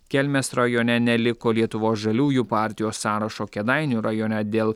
kelmės rajone neliko lietuvos žaliųjų partijos sąrašo kėdainių rajone dėl